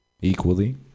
equally